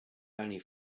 only